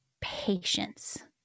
patience